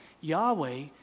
Yahweh